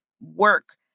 work